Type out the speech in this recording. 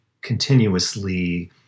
continuously